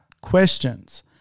questions